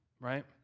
right